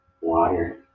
water